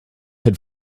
had